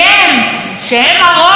הציבור בחר בהם.